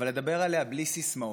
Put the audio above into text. אבל לדבר עליה בלי סיסמאות.